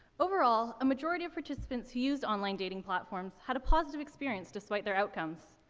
overall, a majority of participants who used online dating platforms had a positive experience despite their outcomes.